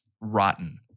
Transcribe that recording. rotten